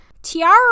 Tiara